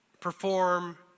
perform